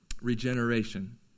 Regeneration